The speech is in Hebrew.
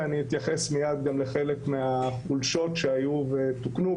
אני גם אתייחס לחלק מהחולשות שהיו ותוקנו,